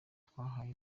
twahaye